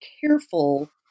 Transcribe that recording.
careful